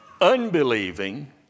unbelieving